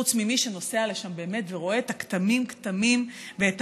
חוץ ממי שנוסע לשם באמת ורואה כתמים כתמים ואת